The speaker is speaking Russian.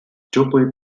теплые